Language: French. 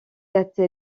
date